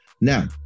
Now